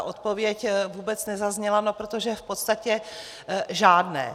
Odpověď vůbec nezazněla, protože v podstatě žádné.